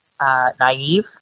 naive